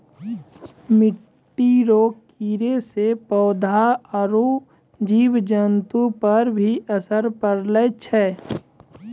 मिट्टी रो कीड़े से पौधा आरु जीव जन्तु पर भी असर पड़ै छै